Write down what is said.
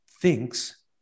thinks